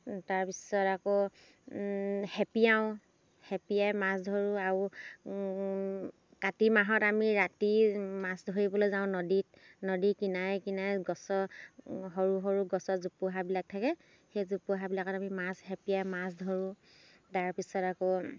তাৰ পিছত আকৌ খেপিয়াওঁ খেপিয়াই মাছ ধৰোঁ আৰু কাতি মাহত আমি ৰাতি মাছ ধৰিবলৈ যাওঁ নদীত নদী কিনাৰে কিনাৰে গছৰ সৰু সৰু গছৰ জোপোহাবিলাক থাকে সেই জোপোহাবিলাকত আমি মাছ খেপিয়াই মাছ ধৰোঁ তাৰ পিছত আকৌ